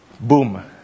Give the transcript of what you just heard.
boom